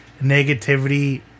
negativity